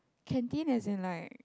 canteen as in like